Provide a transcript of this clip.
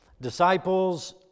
disciples